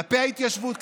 כלפי ההתיישבות,